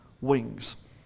wings